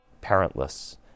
parentless